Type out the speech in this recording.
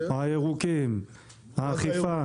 הירוקים, האכיפה.